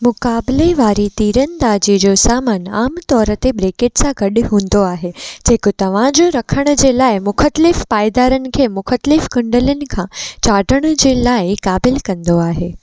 मुक़ाबिले वारी तीरंदाजी जो सामान आम तौर ते ब्रेकेट सां गॾु हूंदो आहे जेको तवाज़ुन रखणु जे लाए मुख़्तलिफ़ पाइदारनि खे मुख़्तलिफ़ कुंडनि खां चाढ़ण जे लाए क़ाबिलु कंदो आहे